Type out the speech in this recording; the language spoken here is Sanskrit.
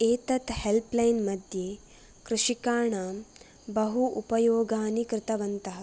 एतद् हेल्प् लैन् मध्ये कृषिकाणां बहु उपयोगानि कृतवन्तः